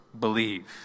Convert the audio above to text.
believe